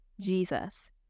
Jesus